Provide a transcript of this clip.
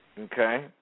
Okay